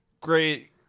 Great